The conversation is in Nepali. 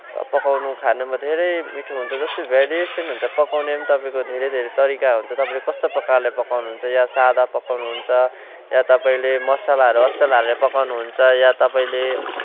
पकाउनु खानुमा धेरै मिठो हुन्छ जस्तै भेरिएसन हुन्छ पकाउने पनि तपाईँको धेरै धेरै तरिका हुन्छ तपाईँले कस्तो प्रकारले पकाउनुहुन्छ या सादा पकाउनुहुन्छ या तपाईँले मसालाहरू असल हालेर पकाउनुहुन्छ या तपाईँले